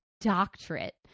doctorate